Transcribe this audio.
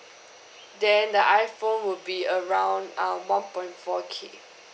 then the iphone would be around err one point four K